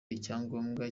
icyangombwa